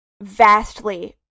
vastly